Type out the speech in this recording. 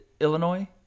Illinois